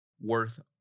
worth